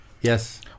Yes